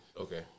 Okay